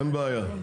אין בעיה.